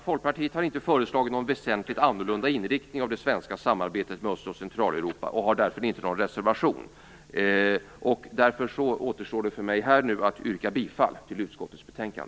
Folkpartiet har inte föreslagit någon väsentligt annorlunda inriktning av det svenska samarbetet med Öst och Centraleuropa och har därför inte någon reservation, därför återstår det för mig att nu yrka bifall till utskottets hemställan.